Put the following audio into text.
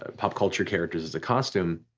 ah pop culture characters as a costume,